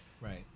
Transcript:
Right